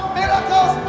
miracles